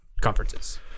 conferences